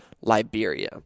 Liberia